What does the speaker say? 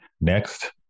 Next